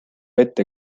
ette